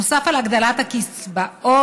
נוסף על הגדלת הקצבאות,